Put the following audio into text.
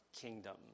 kingdom